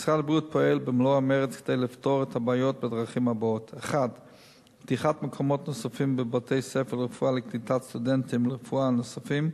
משרד הבריאות פועל במלוא המרץ כדי לפתור את הבעיות בדרכים הבאות: 1. פתיחת מקומות נוספים בבתי-ספר לרפואה לקליטת סטודנטים לרפואה נוספים,